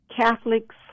Catholics